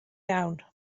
iawn